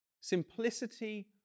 Simplicity